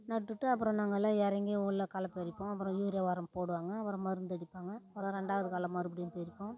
நட்டுவிட்டு அப்புறம் நாங்கெளெல்லாம் இறங்கி உள்ளே களை பறிப்போம் அப்புறம் யூரியா உரம் போடுவாங்க அப்புறம் மருந்து அடிப்பாங்க அப்புறம் ரெண்டாவது களை மறுபடியும் பறிப்போம்